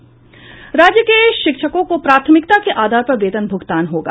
राज्य के शिक्षकों को प्राथमिकता के आधार पर वेतन भूगतान होगा